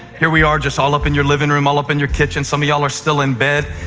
here we are just all up in your living room, all up in your kitchen. some of y'all are still in bed.